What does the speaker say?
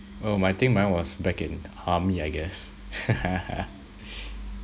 oh my think mine was back in army I guess